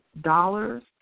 dollars